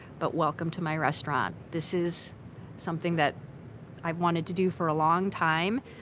but welcome to my restaurant. this is something that i've wanted to do for a long time.